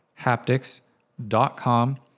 haptics.com